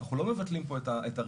אנחנו לא מבטלים פה את הרישוי,